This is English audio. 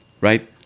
right